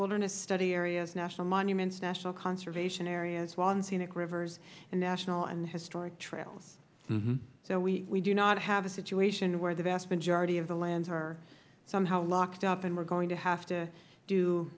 wilderness study areas national monuments national conservation areas wild and scenic rivers and national and historic trails so we do not have a situation where the vast majority of the lands are somehow locked up and we are going to have to do